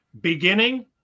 Beginning